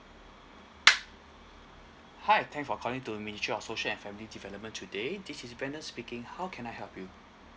hi thank for calling to ministry of social and family development today this is brandon speaking how can I help you